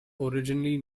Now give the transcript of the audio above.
originally